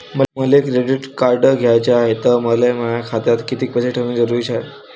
मले credit card घ्याचं हाय, त मले माया खात्यात कितीक पैसे ठेवणं जरुरीच हाय?